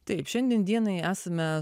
taip šiandien dienai esame